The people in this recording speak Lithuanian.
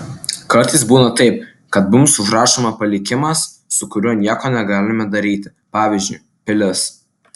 kartais būna taip kad mums užrašomas palikimas su kuriuo nieko negalime daryti pavyzdžiui pilis